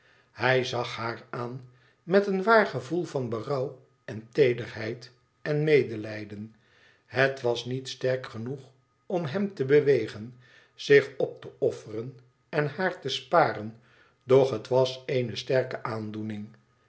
hij zag haar aan met een waar gevoel van berouw en teederheid en medelijden het was niet sterk genoeg om hem te bewegen zich op te offeren en haar te sparen doch het was eene sterke aandoening